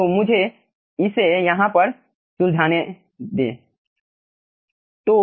तो मुझे इसे यहाँ पर सुलझाने दो